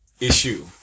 issue